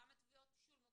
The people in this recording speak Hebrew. כמה תביעות שולמו,